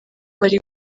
bari